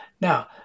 Now